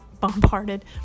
bombarded